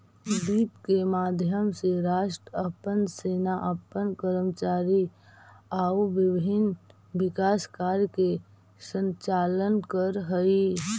वित्त के माध्यम से राष्ट्र अपन सेना अपन कर्मचारी आउ विभिन्न विकास कार्य के संचालन करऽ हइ